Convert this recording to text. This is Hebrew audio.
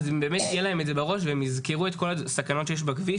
באמת יהיה להם את זה בראש והם יזכרו את כל הסכנות שיש בכביש.